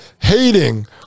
hating